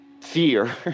fear